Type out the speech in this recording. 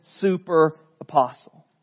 super-apostle